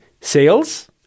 Sales